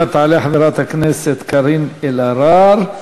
ועד שלא תפנימו את זה שמי שעושה נזק למדינת ישראל אלו לא הארגונים,